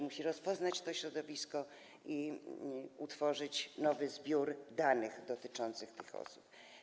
Musi rozpoznać to środowisko i utworzyć nowy zbiór danych dotyczących tych osób.